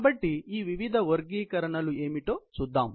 కాబట్టి ఈ వివిధ వర్గీకరణలు ఏమిటో చూద్దాం